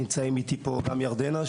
נמצאים איתי פה ירדנה,